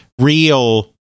real